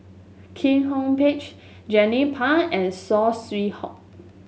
Kwek Hong Pitch Jernnine Pang and Saw Swee Hock